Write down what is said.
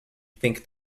think